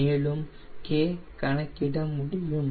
மேலும் k கணக்கிட முடியும்